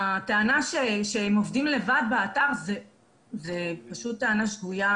הטענה שהם עובדים לבד באתר היא פשוט טענה שגויה,